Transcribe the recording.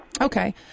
Okay